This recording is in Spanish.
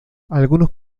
algunos